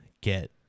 get